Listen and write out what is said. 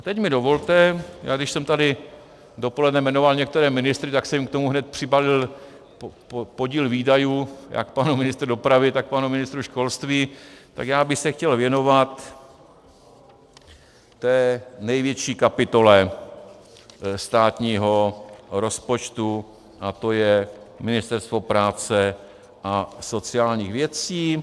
A teď mi dovolte, když jsem tady dopoledne jmenoval některé ministry, tak jsem jim k tomu hned přibalil podíl výdajů, jak panu ministru dopravy, tak panu ministru školství, tak já bych se chtěl věnovat té největší kapitole státního rozpočtu a to je Ministerstvo práce a sociálních věcí.